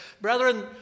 Brethren